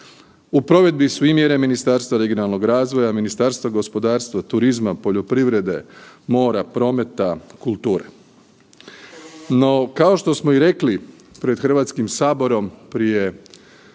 U provedbi su i mjere Ministarstva regionalnog razvoja, Ministarstva gospodarstva, turizma, poljoprivrede, mora, prometa, kulture. No, kao što smo i rekli, pred HS prije